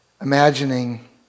imagining